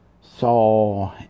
saw